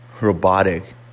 robotic